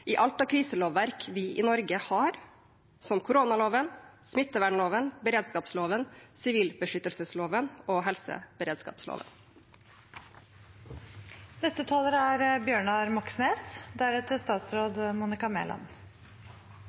i alt av kriselovverk vi har i Norge, som koronaloven, smittevernloven, beredskapsloven, sivilbeskyttelsesloven og helseberedskapsloven. Håndteringen av koronapandemien krever politisk handlekraft, men det er